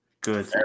Good